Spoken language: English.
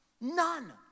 none